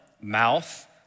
mouth